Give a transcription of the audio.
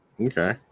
Okay